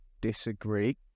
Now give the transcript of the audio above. disagree